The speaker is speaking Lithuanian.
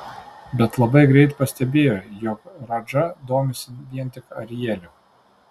bet labai greit pastebėjo jog radža domisi vien tik arieliu